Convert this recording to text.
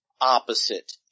opposite